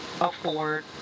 afford